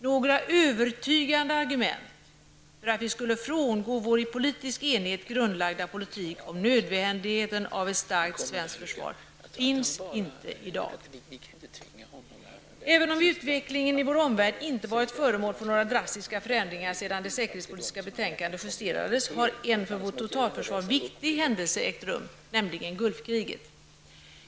Några övertygande argument för att vi skulle frångå vår i politisk enighet grundlagda politik om nödvändigheten av ett starkt svenskt försvar finns inte i dag. Även om utvecklingen i vår omvärld inte har varit föremål för några drastiska förändringar sedan det säkerhetspolitiska betänkandet justerades har en för vårt totalförsvar viktig händelse ägt rum, nämligen Gulfkriget.